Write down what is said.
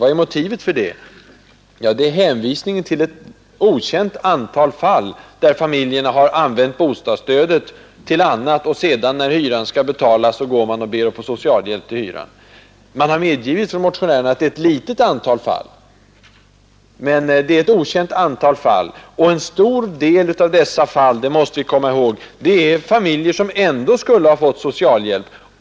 Ja, man hänvisar till ett okänt antal fall där familjerna har använt bostadsstödet till annat och sedan bett om socialhjälp för att betala hyran. Motionärerna har medgivit att det rör sig om ett litet antal. Och en stor del av dessa familjer, det måste vi komma i håg, skulle ändå ha fått socialhjälp.